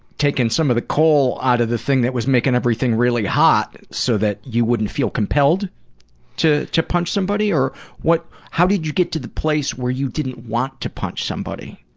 taking some of the coal out of the thing that was making everything really hot, so that you wouldn't feel compelled to to punch somebody? or what how did you get to the place where you didn't want to punch somebody?